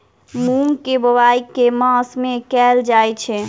मूँग केँ बोवाई केँ मास मे कैल जाएँ छैय?